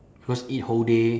cause eat whole day